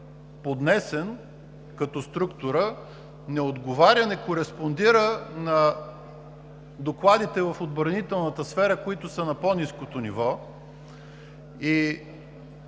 поднесен като структура, не отговаря, не кореспондира на докладите в отбранителната сфера, които са на по-ниското ниво. Той